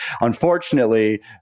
Unfortunately